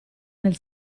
nel